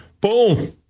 boom